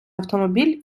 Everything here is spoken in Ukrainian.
автомобіль